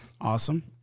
awesome